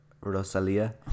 Rosalia